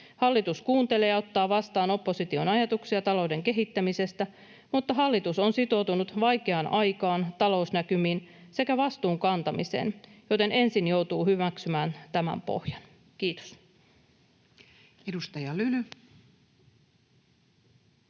Hallitus kuuntelee ja ottaa vastaan opposition ajatuksia talouden kehittämisestä, mutta hallitus on sitoutunut vaikeaan aikaan, talousnäkymiin sekä vastuun kantamiseen, joten ensin joutuu hyväksymään tämän pohjan. — Kiitos. [Speech 240]